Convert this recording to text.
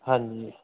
ਹਾਂਜੀ